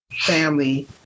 family